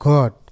God